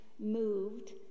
moved